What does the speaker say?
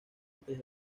antes